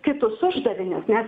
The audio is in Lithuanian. kitus uždavinius nes